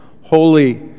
holy